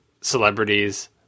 celebrities